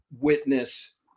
witness